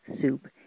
soup